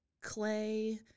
clay